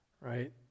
right